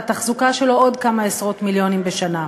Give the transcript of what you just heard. והתחזוקה שלו עוד כמה עשרות מיליונים בשנה.